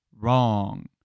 wrong